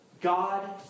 God